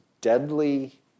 deadly